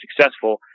successful